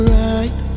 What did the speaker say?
right